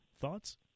Thoughts